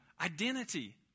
identity